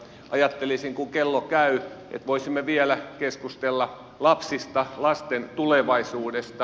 ajattelisin kun kello käy että voisimme vielä keskustella lapsista lasten tulevaisuudesta